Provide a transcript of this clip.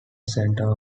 center